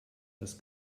das